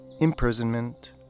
imprisonment